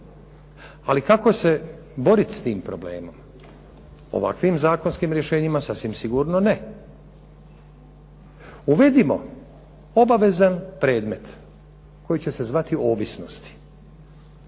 Ali kako se boriti s tim problemom? Ovakvim zakonskim rješenjima sasvim sigurno ne. Uvedimo obavezan predmet koji će se zvati ovisnosti.